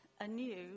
anew